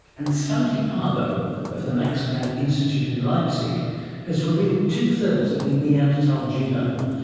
and svante paabo of the max planck institute in leipzig has revealed two-thirds of the neanderthal genome,